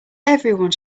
everyone